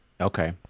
Okay